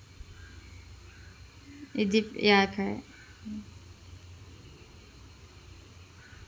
it de~ ya correct